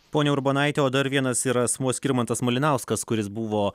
ponia urbonaite o dar vienas yra asmuo skirmantas malinauskas kuris buvo